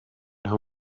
nhw